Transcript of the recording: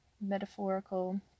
metaphorical